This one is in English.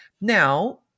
Now